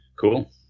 cool